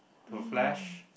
the Flash